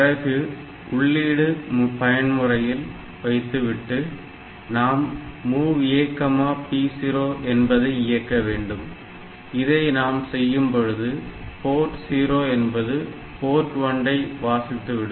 பிறகு உள்ளீடு பயன்முறையில் வைத்துவிட்டு நாம் MOV AP0 என்பதை இயக்க வேண்டும் இதை நாம் செய்யும் பொழுது போர்ட் 0 என்பது போர்ட் 1 ஐ வாசித்து விடும்